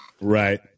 right